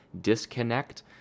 disconnect